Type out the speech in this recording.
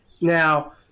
Now